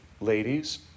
ladies